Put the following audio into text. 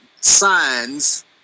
signs